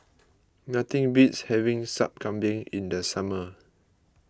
nothing beats having Sup Kambing in the summer